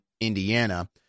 Indiana